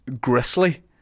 grisly